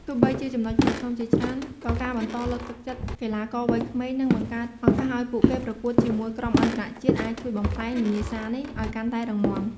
ទោះបីជាចំណុចប្រឈមជាច្រើន ក៏ការបន្តលើកទឹកចិត្តកីឡាករវ័យក្មេង និងបង្កើតឱកាសឲ្យពួកគេប្រកួតជាមួយក្រុមអន្តរជាតិអាចជួយបំប្លែងវិញ្ញាសានេះឲ្យកាន់តែរឹងមាំ។